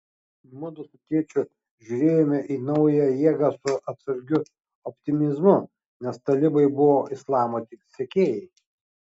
mudu su tėčiu žiūrėjome į naująją jėgą su atsargiu optimizmu nes talibai buvo islamo sekėjai